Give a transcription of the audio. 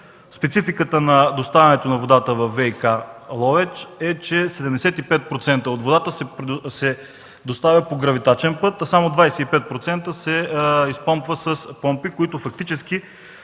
спецификата на доставянето на водата във ВиК – Ловеч, е, че 75% от водата се доставя по гравитачен път, а само 25% се изпомпва с помпи, които фактически